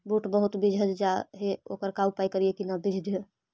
बुट बहुत बिजझ जा हे ओकर का उपाय करियै कि न बिजझे?